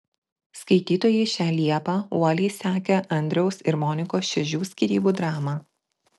skaitytojai šią liepą uoliai sekė andriaus ir monikos šedžių skyrybų dramą